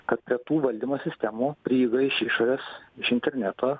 kad prie tų valdymo sistemų prieiga iš išorės iš interneto